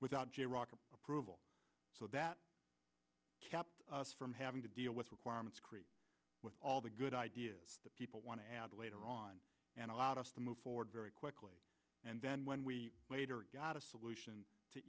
without jaywalking approval so that kept us from having to deal with requirements creep with all the good ideas that people want to add later on and allowed us to move forward very quickly and then when we later got a solution